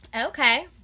okay